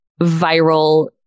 viral